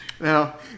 now